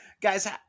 guys